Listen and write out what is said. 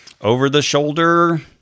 over-the-shoulder